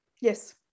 Yes